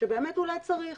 שבאמת אולי צריך,